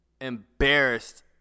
embarrassed